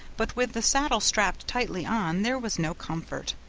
but with the saddle strapped tightly on there was no comfort,